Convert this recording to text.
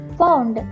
found